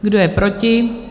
Kdo je proti?